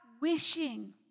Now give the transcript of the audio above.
wishing